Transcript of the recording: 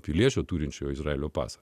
piliečio turinčio izraelio pasą